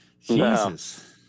Jesus